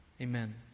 Amen